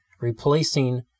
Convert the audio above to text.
replacing